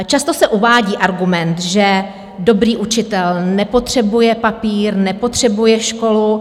Často se uvádí argument, že dobrý učitel nepotřebuje papír, nepotřebuje školu.